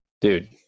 dude